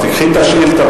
אז תיקחי את השאילתא,